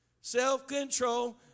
self-control